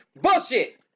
Bullshit